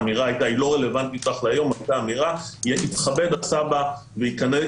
האמירה הייתה היא לא רלוונטית רק להיום: שיתכבד הסבא ויגיע